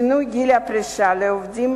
שינוי גיל פרישה לעובדים